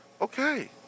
okay